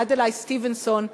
עדלי סטיבנסון,